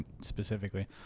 specifically